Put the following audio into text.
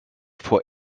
vor